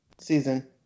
season